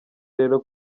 rero